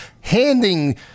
handing